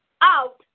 out